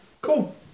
Cool